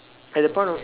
at that point of